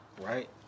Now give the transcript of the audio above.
Right